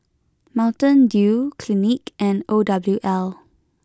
Mountain Dew Clinique and O W L